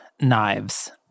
Knives